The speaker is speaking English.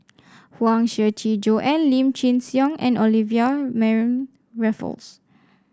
Huang Shiqi Joan Lim Chin Siong and Olivia Mariamne Raffles